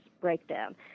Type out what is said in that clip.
breakdown